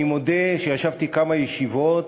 אני מודה שישבתי כמה ישיבות,